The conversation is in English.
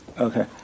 Okay